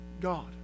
God